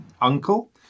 uncle